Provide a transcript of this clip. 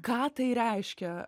ką tai reiškia